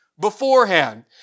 beforehand